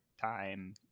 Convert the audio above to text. time